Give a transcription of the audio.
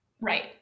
Right